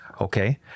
Okay